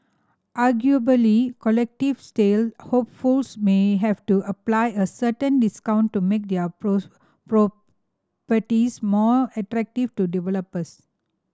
arguably collective sale hopefuls may have to apply a certain discount to make their properties more attractive to developers